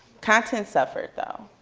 content suffered though.